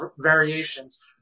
variations